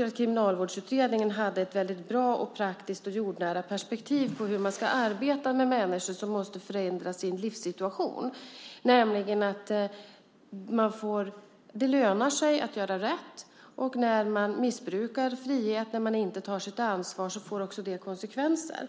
jag att Kriminalvårdsutredningen hade ett bra, praktiskt och jordnära perspektiv på hur man ska arbeta med människor som måste förändra sin livssituation, nämligen att det ska löna sig att göra rätt, och när man missbrukar friheten och inte tar sitt ansvar får det konsekvenser.